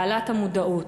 העלאת המודעות.